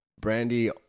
Brandy